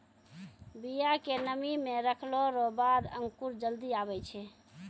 बिया के नमी मे रखलो रो बाद अंकुर जल्दी आबै छै